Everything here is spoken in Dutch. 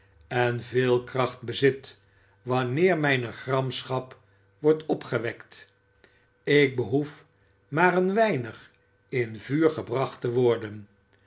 en veel kracht bezit wanneer mijne gramschap wordt opgewekt ik behoef maar een weinig in vuur gebracht te worden